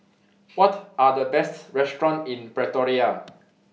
What Are The Best restaurants in Pretoria